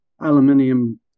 aluminium